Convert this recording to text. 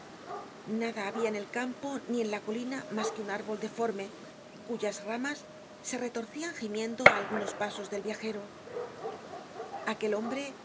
nada habia en el campo ni en la colina mas que un árbol deforme cuyas ramas se retorcian gimiendo á algunos pasos del viajero aquel hombre